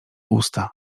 usta